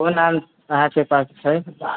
कोन आम अहाँके पास छै